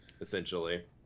essentially